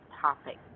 topic